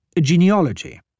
genealogy